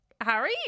Harry